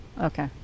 Okay